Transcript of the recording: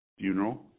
funeral